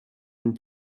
and